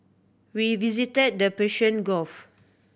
we visited the Persian Gulf